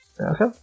Okay